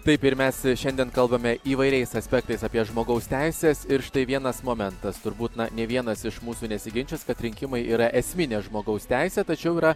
taip ir mes šiandien kalbame įvairiais aspektais apie žmogaus teises ir štai vienas momentas turbūt na nė vienas iš mūsų nesiginčys kad rinkimai yra esminė žmogaus teisė tačiau yra